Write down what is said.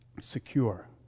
secure